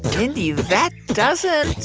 mindy, that doesn't.